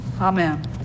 Amen